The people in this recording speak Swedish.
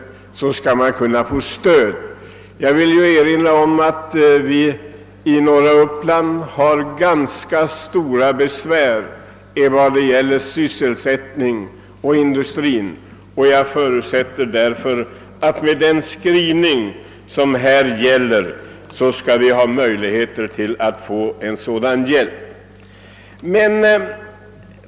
Jag vill erinra om att vi i norra Uppland har det ganska besvärligt när det gäller sysselsättningen. Jag förutsätter att denna utskottets skrivning betyder, att vi skall ha möjligheter att få hjälp att klara denna sysselsättningskris.